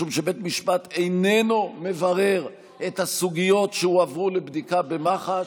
משום שבית משפט איננו מברר את הסוגיות שהועברו לבדיקה במח"ש,